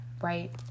right